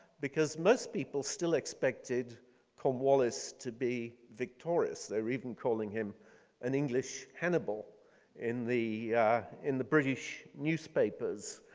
because most people still expected cornwallis to be victorious. they're even calling him an english hannibal in the in the british newspapers.